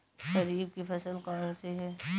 खरीफ की फसल कौन सी है?